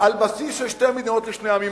על בסיס של שתי מדינות לשני עמים,